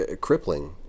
crippling